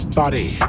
body